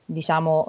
diciamo